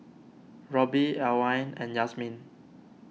Roby Alwine and Yazmin